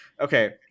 okay